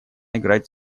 играть